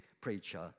preacher